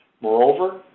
Moreover